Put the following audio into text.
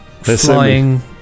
Flying